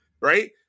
Right